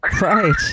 Right